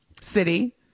city